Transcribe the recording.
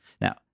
Now